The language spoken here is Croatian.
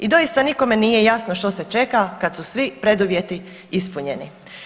I doista nikome nije jasno što se čeka kad su svi preduvjeti ispunjeni.